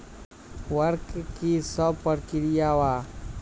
वक्र कि शव प्रकिया वा?